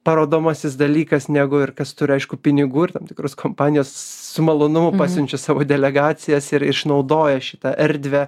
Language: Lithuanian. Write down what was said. parodomasis dalykas negu ir kas turi aišku pinigų ir tam tikrus kompanijos su malonumu pasiunčia savo delegacijas ir išnaudoja šitą erdvę